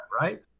right